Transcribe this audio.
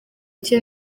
cye